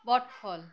বটফল